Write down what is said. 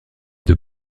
deux